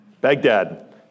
Baghdad